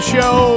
Show